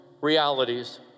realities